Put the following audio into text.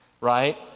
right